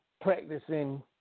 practicing